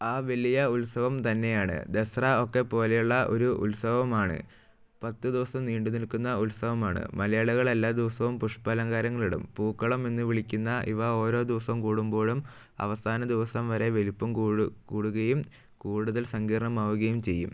ആ വലിയ ഉത്സവം തന്നെയാണ് ദസറ ഒക്കെ പോലെയുള്ള ഒരു ഉത്സവമാണ് പത്ത് ദിവസം നീണ്ടു നിൽക്കുന്ന ഉത്സവമാണ് മലയാളികൾ എല്ലാ ദിവസവും പുഷ്പാലങ്കാരങ്ങൾ ഇടും പൂക്കളം എന്ന് വിളിക്കുന്ന ഇവ ഓരോ ദിവസം കൂടുമ്പോഴും അവസാന ദിവസം വരെ വലിപ്പം കൂടുകയും കൂടുതൽ സങ്കീർണമാവുകയും ചെയ്യും